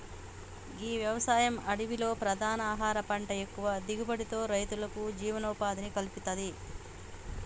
గీ వ్యవసాయం అడవిలో ప్రధాన ఆహార పంట ఎక్కువ దిగుబడితో రైతులకు జీవనోపాధిని కల్పిత్తది